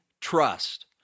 trust